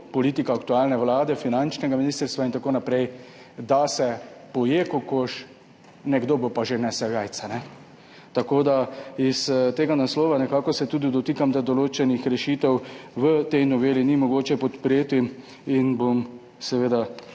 politika aktualne Vlade, finančnega ministrstva in tako naprej taka, da se poje kokoš, nekdo bo pa že nesel jajca. Iz tega naslova se nekako tudi dotikam tega, da določenih rešitev v tej noveli ni mogoče podpreti in bom seveda